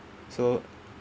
so